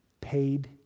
Paid